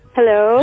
Hello